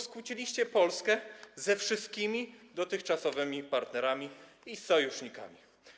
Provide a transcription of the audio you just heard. Skłóciliście Polskę ze wszystkimi dotychczasowymi partnerami i sojusznikami.